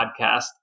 podcast